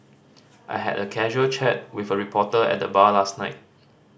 I had a casual chat with a reporter at the bar last night